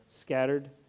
scattered